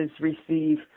receive –